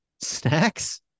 Snacks